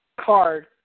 card